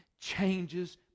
changes